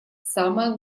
самое